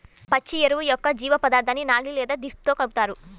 పచ్చి ఎరువు యొక్క జీవపదార్థాన్ని నాగలి లేదా డిస్క్తో కలుపుతారు